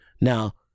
Now